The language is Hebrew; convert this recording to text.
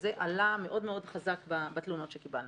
וזה עלה מאוד מאוד חזק בתלונות שקיבלנו.